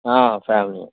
family